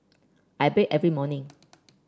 I bathe every morning